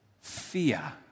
fear